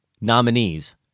nominees